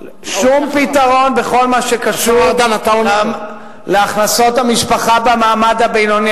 בכל מה שקשור להכנסות המשפחה במעמד הבינוני.